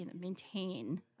maintain